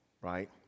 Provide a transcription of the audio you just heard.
right